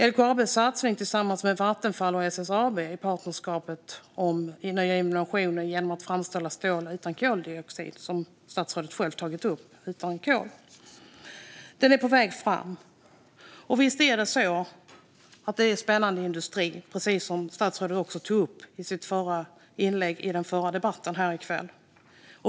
LKAB gör en satsning tillsammans med Vattenfall och SSAB på ett partnerskap för nya innovationer för att framställa stål utan kol, som statsrådet själv tagit upp, och detta är på väg fram. Visst är det så att det är en spännande industri, som statsrådet också tog upp i ett inlägg i den förra debatten här i kväll.